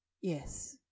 Yes